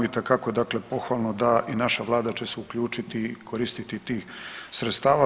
Itekako dakle pohvalno da i naša vlada će se uključiti koristiti tih sredstava.